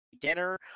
dinner